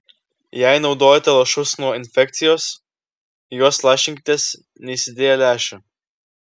jei naudojate lašus nuo infekcijos juos lašinkitės neįsidėję lęšių